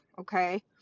okay